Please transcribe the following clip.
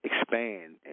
expand